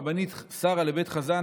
הרבנית שרה לבית חזן,